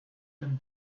them